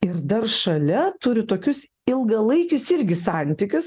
ir dar šalia turi tokius ilgalaikius irgi santykius